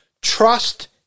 Trust